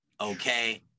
okay